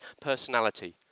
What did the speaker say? personality